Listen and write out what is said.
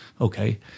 Okay